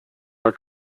are